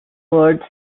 words